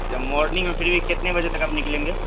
اچھا مارننگ میں پھر بھی کتنے بجے تک آپ نکلیں گے